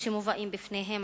שמובאים בפניהם,